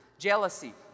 Jealousy